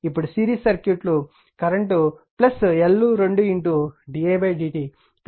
ఇప్పుడు సిరీస్ సర్క్యూట్లు current L2didtMdidt ఉంటుంది